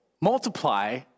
multiply